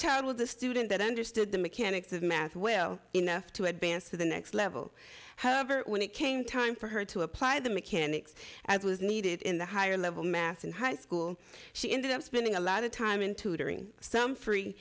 child with a student that understood the mechanics of math well enough to advance to the next level however when it came time for her to apply the mechanics as was needed in the higher level math and high school she ended up spending a lot of time in tutoring some free